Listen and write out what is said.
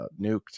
nuked